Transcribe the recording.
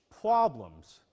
problems